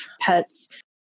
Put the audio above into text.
pets